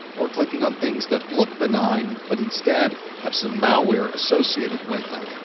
or clicking on things that look benign, but instead, have some malware associated with them.